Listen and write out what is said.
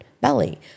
belly